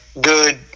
good